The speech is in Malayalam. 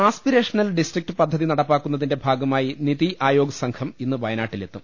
ആസ്പിരേഷനൽ ഡിസ്ട്രിക്ട് പദ്ധതി നടപ്പാക്കുന്നതിന്റെ ഭാഗ മായി നിതിആയോഗ് സംഘം ഇന്ന് വയനാട്ടിലെത്തും